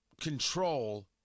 control